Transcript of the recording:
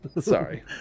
Sorry